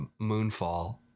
Moonfall